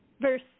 Verse